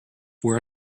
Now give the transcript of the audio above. were